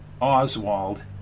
Oswald